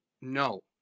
no